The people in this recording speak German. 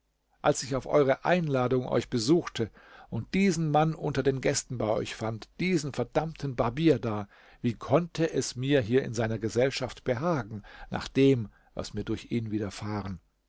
als ich auf eure einladung euch besuchte und diesen mann unter den gästen bei euch fand diesen verdammten barbier da wie konnte es mir hier in seiner gesellschaft behagen nach dem was mir durch ihn widerfahren